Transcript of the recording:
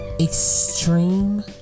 extreme